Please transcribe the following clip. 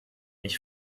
ich